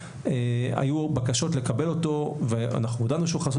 היו בקשות לקבל אותו ואנחנו הודענו שהוא חסוי.